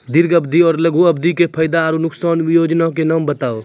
दीर्घ अवधि आर लघु अवधि के फायदा आर नुकसान? वयोजना के नाम बताऊ?